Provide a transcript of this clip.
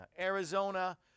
Arizona